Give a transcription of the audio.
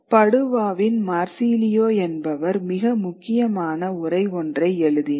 படுவாவின் Marsilio என்பவர் மிக முக்கியமான உரை ஒன்றை எழுதினார்